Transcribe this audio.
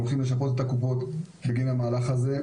הולכים לשפות את הקופות בגין המהלך הזה.